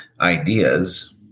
ideas